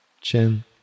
chin